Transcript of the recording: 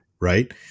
right